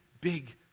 big